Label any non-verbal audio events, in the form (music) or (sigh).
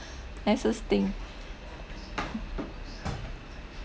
nicest thing (noise)